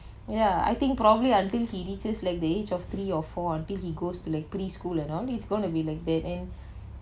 ya I think probably until he reaches like the age of three or four until he goes to like preschool you know it's gonna be like that and